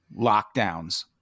lockdowns